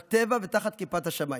בטבע ותחת כיפת השמיים.